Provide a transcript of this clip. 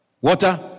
Water